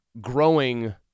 growing